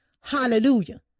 Hallelujah